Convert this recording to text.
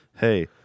Hey